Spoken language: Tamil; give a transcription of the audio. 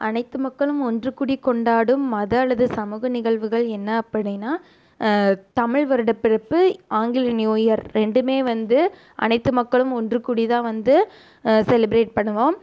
அனைத்து மக்களும் ஒன்று கூடி கொண்டாடும் மத அல்லது சமூக நிகழ்வுகள் என்ன அப்படின்னா தமிழ் வருடப்பிறப்பு ஆங்கில நியூ இயர் ரெண்டுமே வந்து அனைத்து மக்களும் ஒன்றுகூடிதான் வந்து செலிப்ரேட் பண்ணுவோம்